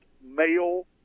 male